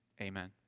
Amen